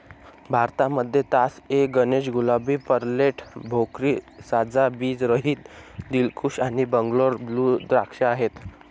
भारतामध्ये Tas A Ganesh, Gulabi, Perlette, Bhokri, साजा, बीज रहित, दिलखुश आणि बंगलोर ब्लू द्राक्ष आहेत